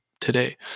today